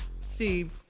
Steve